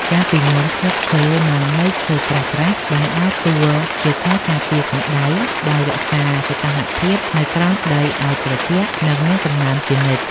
កាលពីមុន ស្លឹកឈើ និងមែកឈើក្រាស់ៗបានដើរតួជាខែលការពារកម្ដៅ ដោយរក្សាសីតុណ្ហភាពនៅក្រោមដីឱ្យត្រជាក់ និងមានសំណើមជានិច្ច។